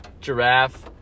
Giraffe